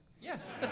yes